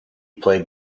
played